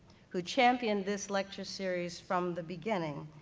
who championed this lecture series from the beginning,